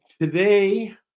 today